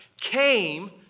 came